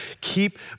keep